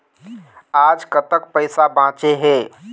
आज कतक पैसा बांचे हे?